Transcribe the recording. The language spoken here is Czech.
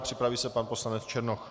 Připraví se pan poslanec Černoch.